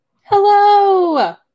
Hello